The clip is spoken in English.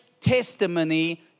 testimony